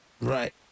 Right